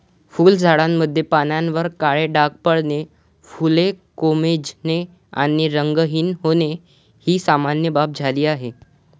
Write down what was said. फुलझाडांमध्ये पानांवर काळे डाग पडणे, फुले कोमेजणे आणि रंगहीन होणे ही सामान्य बाब झाली आहे